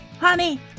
Honey